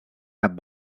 cap